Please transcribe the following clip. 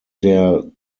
der